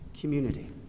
community